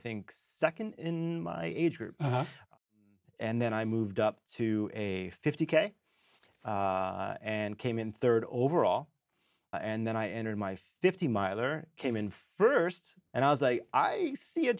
think second in my age group and then i moved up to a fifty k and came in third overall and then i entered my fifty miler came in first and i was like i see a